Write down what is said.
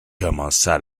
commença